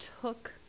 took